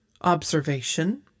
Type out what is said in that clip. Observation